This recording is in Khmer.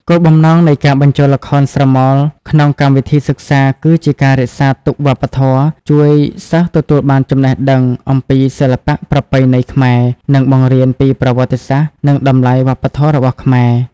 គោលបំណងនៃការបញ្ចូលល្ខោនស្រមោលក្នុងកម្មវិធីសិក្សាគឺជាការរក្សាទុកវប្បធម៌ ជួយសិស្សទទួលបានចំណេះដឹងអំពីសិល្បៈប្រពៃណីខ្មែរ និងបង្រៀនពីប្រវត្តិសាស្ត្រនិងតម្លៃវប្ប ធម៌របស់ខ្មែរ។